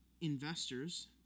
investors